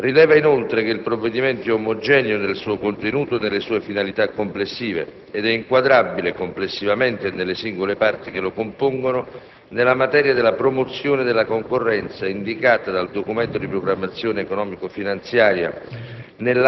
Rileva inoltre che il provvedimento è omogeneo nel suo contenuto e nelle sue finalità complessive ed è inquadrabile, complessivamente e nelle singole parti che lo compongono, nella materia della promozione della concorrenza, indicata dal Documento di programmazione economico-finanziaria